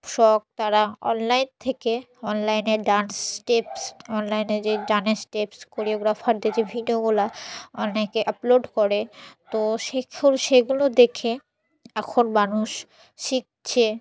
শখ তারা অনলাইন থেকে অনলাইনের ডান্স স্টেপস অনলাইনের যে ডান্স স্টেপস কোরিওগ্রাফারদের যে ভিডিওগুলো অনেকে আপলোড করে তো সে সেগুলো দেখে এখন মানুষ শিখছে